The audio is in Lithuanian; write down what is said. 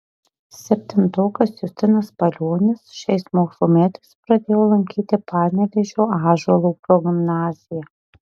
septintokas justinas palionis šiais mokslo metais pradėjo lankyti panevėžio ąžuolo progimnaziją